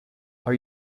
are